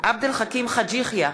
עבד אל חכים חאג' יחיא,